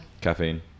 caffeine